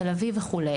תל-אביב וכו',